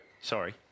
Sorry